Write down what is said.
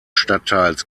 stadtteils